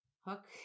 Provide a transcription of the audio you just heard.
Hook